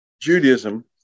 Judaism